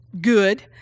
Good